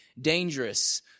dangerous